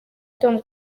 tom